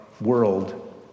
world